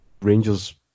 rangers